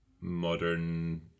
modern